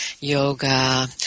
yoga